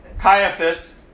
Caiaphas